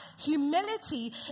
Humility